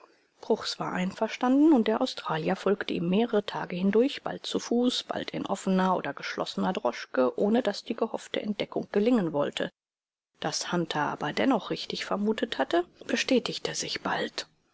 bruchs war einverstanden und der australier folgte ihm mehrere tage hindurch bald zu fuß bald in offener oder geschlossener droschke ohne daß die gehoffte entdeckung gelingen wollte daß hunter aber dennoch richtig vermutet hatte bestätigte sich bald